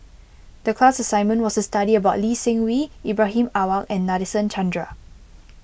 the class assignment was to study about Lee Seng Wee Ibrahim Awang and Nadasen Chandra